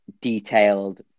detailed